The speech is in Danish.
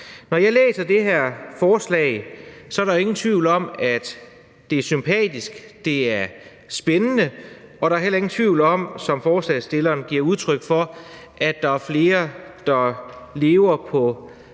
Når jeg læser det her forslag, er der jo ingen tvivl om, at det er sympatisk, at det er spændende, og der er heller ingen tvivl om, som forslagsstilleren giver udtryk for, at der er flere, der lever på det,